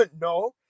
no